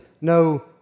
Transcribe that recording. no